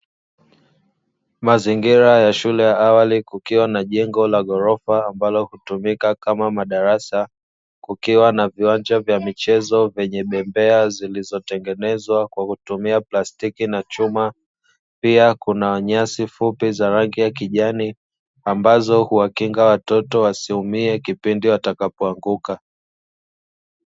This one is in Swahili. Mazingira ya shule ya awali kukiwa na jengo la ghorofa; ambalo hutumika kama madarasa, kukiwa na viwanja vya michezo vyenye bembeya zilizotengenezwa kwa kutumia plastiki na chuma. Pia kuna nyasi fupi za rangi ya kijani, ambazo huwakinga watoto wasiumie kipindi watakapoanguka.